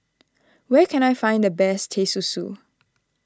where can I find the best Teh Susu